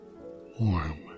warm